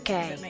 Okay